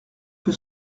peut